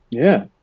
yeah,